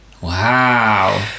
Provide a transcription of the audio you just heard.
Wow